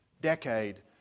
decade